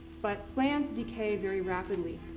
but plants decay very rapidly.